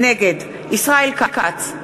נגד ישראל כץ,